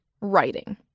writing